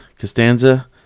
Costanza